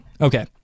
Okay